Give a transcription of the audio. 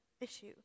issue